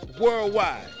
worldwide